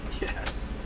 Yes